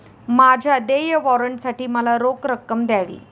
माझ्या देय वॉरंटसाठी मला रोख रक्कम द्यावी